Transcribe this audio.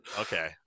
Okay